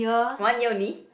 one year only